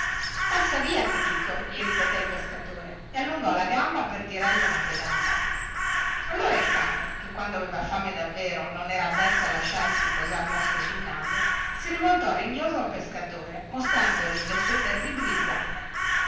passa via ti dico gli ripeté il pescatore e allungò la gamba per tirargli una pedata allora il cane che quando aveva fame davvero non era avvezzo a lasciarsi posar mosche sul naso si rivoltò ringhioso al pescatore mostrandogli le sue terribili zanne